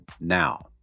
now